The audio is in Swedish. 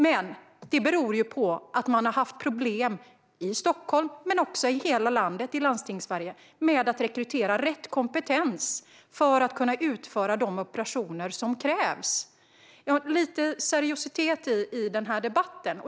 Men det beror på att man har haft problem i Stockholm men också i hela Landstingssverige med att rekrytera rätt kompetens för att kunna utföra de operationer som krävs. Det behövs lite seriositet i den här debatten.